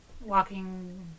walking